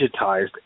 digitized